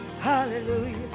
hallelujah